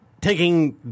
taking